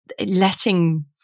letting